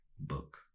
Book